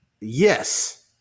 yes